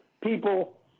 people